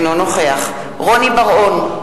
אינו נוכח רוני בר-און,